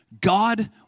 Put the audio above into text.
God